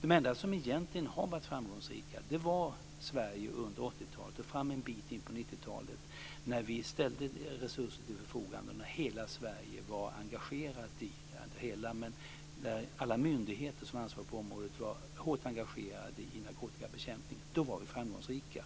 De enda som egentligen har varit framgångsrika är Sverige under 80-talet och en bit in på 90-talet, när vi ställde resurser till förfogande och när alla myndigheter som var ansvariga på området var hårt engagerade i narkotikabekämpningen. Då var vi framgångsrika.